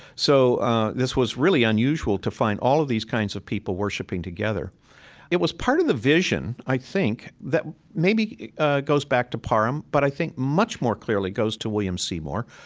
so this was really unusual to find all of these kinds of people worshipping together it was part of the vision, i think, that maybe ah goes back to parham, but i think much more clearly goes to william seymour.